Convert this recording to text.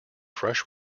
fresh